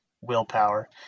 willpower